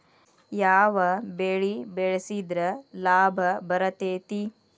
ಯಾವ ಬೆಳಿ ಬೆಳ್ಸಿದ್ರ ಲಾಭ ಬರತೇತಿ?